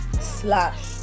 Slash